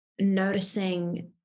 noticing